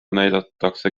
näidatakse